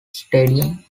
stadium